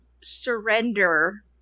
surrender